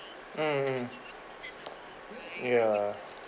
mm mm ya